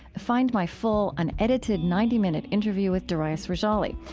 find my full unedited ninety minute interview with darius rejali.